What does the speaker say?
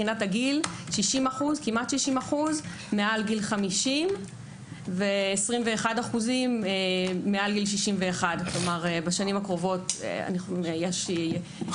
כמעט 60% - מעל גיל 50. 21% מעל גיל 61. כלומר בשנים הקרובות יפרשו,